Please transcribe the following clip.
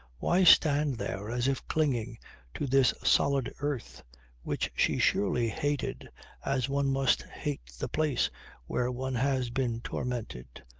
why stand there as if clinging to this solid earth which she surely hated as one must hate the place where one has been tormented,